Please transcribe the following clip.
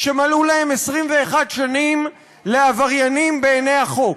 שמלאו להם 21 שנים לעבריינים בעיני החוק.